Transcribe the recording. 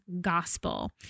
gospel